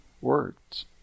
words